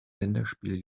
länderspiel